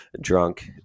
drunk